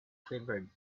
quivered